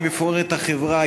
היא מפוררת את החברה,